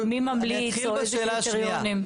מי ממליץ, או איזה קריטריונים?